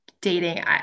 dating